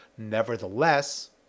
Nevertheless